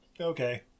okay